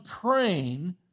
praying